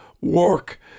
work